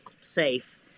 safe